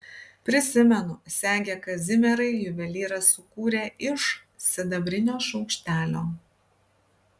prisimenu segę kazimierai juvelyras sukūrė iš sidabrinio šaukštelio